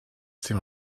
seem